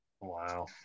Wow